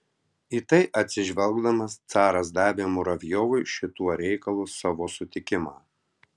į tai atsižvelgdamas caras davė muravjovui šituo reikalu savo sutikimą